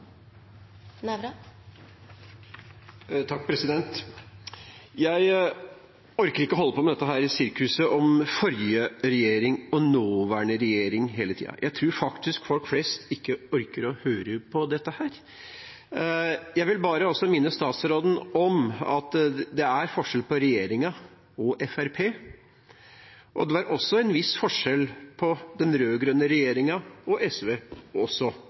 Nævra har hatt ordet to ganger tidligere og får ordet til en kort merknad, begrenset til 1 minutt. Jeg orker ikke å holde på med dette sirkuset om forrige regjering og nåværende regjering hele tiden. Jeg tror faktisk folk flest ikke orker å høre på dette. Jeg vil bare minne statsråden om at det er forskjell på regjeringen og Fremskrittspartiet, og det var også en viss forskjell på den rød-grønne regjeringen og